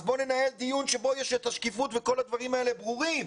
אז בואו ננהל דיון שבו יש את השקיפות וכל הדברים האלה ברורים.